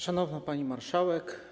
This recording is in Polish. Szanowna Pani Marszałek!